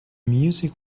music